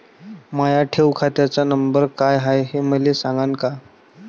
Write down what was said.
माया ठेव खात्याचा नंबर काय हाय हे मले सांगान का?